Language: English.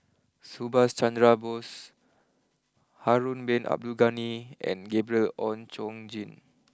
Subhas Chandra Bose Harun Bin Abdul Ghani and Gabriel Oon Chong Jin